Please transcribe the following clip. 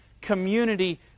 community